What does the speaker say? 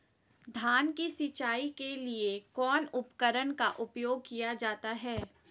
धान की सिंचाई के लिए कौन उपकरण का उपयोग किया जाता है?